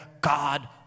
God